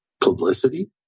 publicity